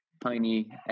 tiny